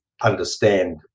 understand